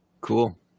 Cool